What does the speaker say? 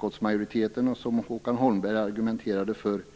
och även Håkan Holmberg argumenterade för detta.